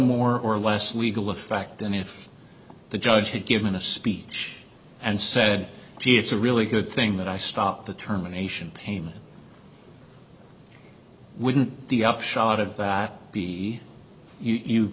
more or less legal effect than if the judge had given a speech and said gee it's a really good thing that i stopped the terminations payment wouldn't the upshot of that b